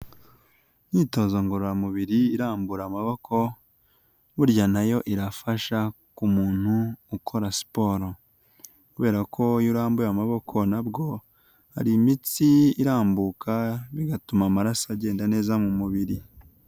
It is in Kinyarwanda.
Imyitozo ngororamubiri irambura amaboko burya nayo irafasha ku muntu ukora siporo kubera ko iyo urambuye amaboko nabwo hari imitsi irambuka bigatuma amaraso agenda neza mu mubiri.